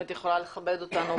אנחנו מתנגדים לפטור.